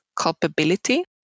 culpability